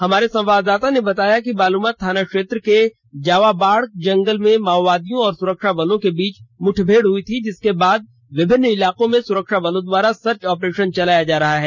हमारे संवाददाता ने बताया कि बालूमाथ थाना क्षेत्र के जावाबाड़ जंगल में माओवादियों और सुरक्षा बलों के बीच मुठभेड़ हुई थी जिसके बाद विभिन्न इलाकों में सुरक्षा बलों द्वारा सर्च ऑपरेशन चलाया जा रहा है